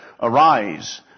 Arise